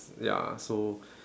ya so